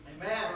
Amen